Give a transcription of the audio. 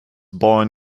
born